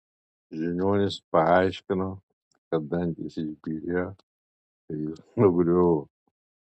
žiniuonis paaiškino kad dantys išbyrėjo kai jis nugriuvo